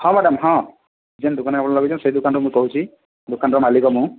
ହଁ ମ୍ୟାଡ଼ାମ ହଁ ଯେନ୍ ଦୁକାନ୍କେ ଆପଣ ଲଗେଇଛନ୍ ସେ ଦୁକାନ୍ରୁ ମୁଁ କହୁଛି ଦୁକାନ୍ର ମାଲିକ ମୁଁ